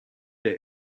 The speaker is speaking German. der